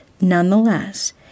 Nonetheless